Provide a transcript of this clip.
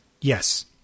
Yes